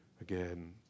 again